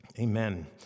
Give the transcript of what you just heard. Amen